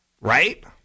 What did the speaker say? right